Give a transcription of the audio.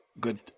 good